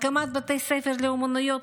הקמת בתי ספר לאומנויות,